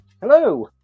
Hello